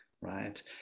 right